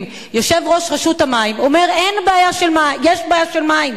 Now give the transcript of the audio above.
יושב-ראש רשות המים אומר: יש בעיה של מים,